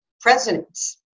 presidents